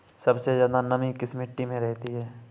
सबसे ज्यादा नमी किस मिट्टी में रहती है?